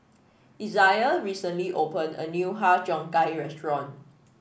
Isiah recently opened a new Har Cheong Gai restaurant